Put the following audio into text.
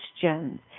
questions